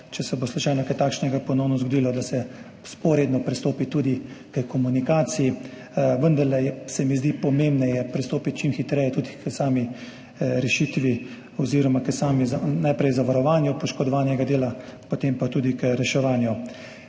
če se bo slučajno kaj takšnega ponovno zgodilo, vzporedno pristopi tudi h komunikaciji. Vendarle je, se mi zdi, pomembneje čim hitreje pristopiti tudi k sami rešitvi oziroma najprej k zavarovanju poškodovanega dela, potem pa tudi k reševanju.